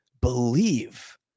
believe